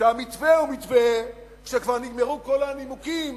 שהמתווה הוא מתווה שכבר נגמרו כל הנימוקים